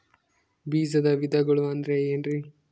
ಬೇಜದ ವಿಧಗಳು ಅಂದ್ರೆ ಏನ್ರಿ?